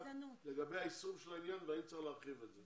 אתיופיה לגבי היישום של העניין והאם צריך להרחיב על זה.